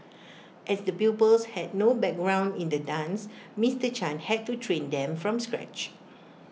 as the pupils had no background in the dance Mister chan had to train them from scratch